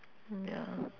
mm ya